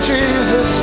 Jesus